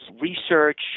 research